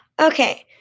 Okay